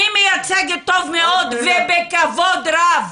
אני מייצגת טוב מאוד ובכבוד רב,